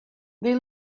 they